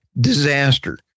disaster